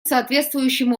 соответствующим